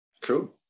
Cool